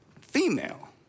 female